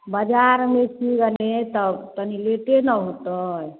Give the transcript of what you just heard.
बजारमे छियै हीएँ तऽ तनी लेटे ने होतै